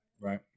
Right